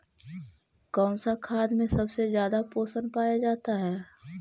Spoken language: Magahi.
कौन सा खाद मे सबसे ज्यादा पोषण पाया जाता है?